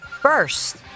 first